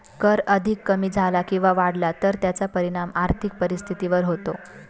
कर अधिक कमी झाला किंवा वाढला तर त्याचा परिणाम आर्थिक परिस्थितीवर होतो